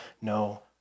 no